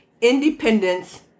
independence